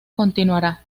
continuará